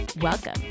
Welcome